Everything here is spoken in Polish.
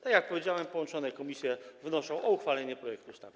Tak jak powiedziałem, połączone komisje wnoszą o uchwalenie projektu ustawy.